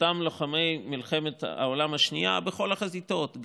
אותם לוחמי מלחמת העולם השנייה בכל החזיתות,